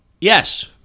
Yes